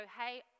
hey